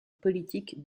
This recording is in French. politique